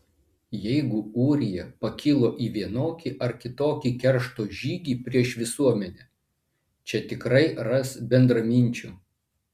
jeigu ūrija pakilo į vienokį ar kitokį keršto žygį prieš visuomenę čia tikrai ras bendraminčių